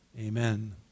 Amen